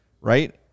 right